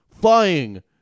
Flying